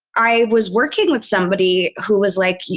i was working with somebody who was like,